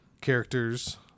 characters